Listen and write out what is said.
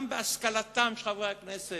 גם בהשכלתם של חברי הכנסת,